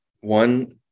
one